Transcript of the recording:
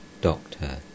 Doctor